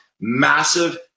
massive